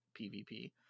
pvp